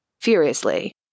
furiously